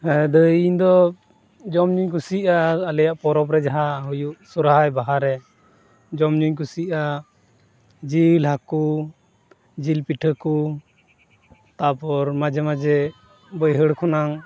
ᱦᱮᱸ ᱫᱟᱹᱭ ᱤᱧ ᱫᱚ ᱡᱚᱢ ᱧᱩᱧ ᱠᱩᱥᱤᱭᱟᱜᱼᱟ ᱟᱞᱮᱭᱟᱜ ᱯᱚᱨᱚᱵᱽ ᱨᱮ ᱡᱟᱦᱟᱸ ᱦᱩᱭᱩᱜ ᱥᱚᱨᱦᱟᱭ ᱵᱟᱦᱟ ᱨᱮ ᱡᱚᱢ ᱧᱩᱧ ᱠᱩᱥᱤᱭᱟᱜᱼᱟ ᱡᱤᱞ ᱦᱟᱹᱠᱩ ᱡᱤᱞ ᱯᱤᱴᱷᱟᱹ ᱠᱚ ᱛᱟᱯᱚᱨ ᱢᱟᱡᱷᱮ ᱢᱟᱡᱷᱮ ᱵᱟᱹᱭᱦᱟᱹᱲ ᱠᱷᱚᱱᱟᱝ